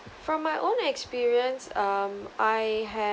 from my own experience um I